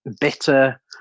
bitter